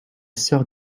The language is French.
sœur